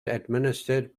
administered